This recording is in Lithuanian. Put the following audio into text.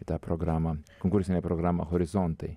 į tą programą konkursinę programą horizontai